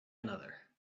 another